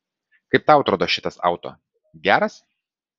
kaip tau atrodo šitas auto geras